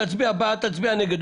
תצביע בעד או תצביע נגד.